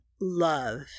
love